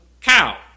cow